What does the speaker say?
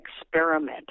experiment